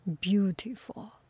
beautiful